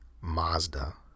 Mazda